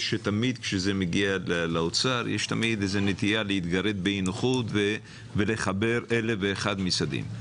כשזה מגיע לאוצר יש תמיד נטייה להתגרד באי-נוחות ולחבר אלף ואחד משרדים.